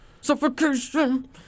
Suffocation